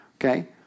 okay